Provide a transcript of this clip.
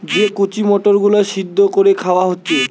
যে কচি মটর গুলো সিদ্ধ কোরে খাওয়া হচ্ছে